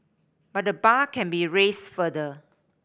but the bar can be raised further